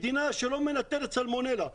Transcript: מדינה שלא מנטרת סלמונלה.